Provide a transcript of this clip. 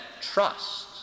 trust